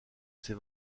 ses